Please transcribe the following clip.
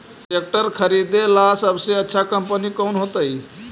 Tractor खरीदेला सबसे अच्छा कंपनी कौन होतई?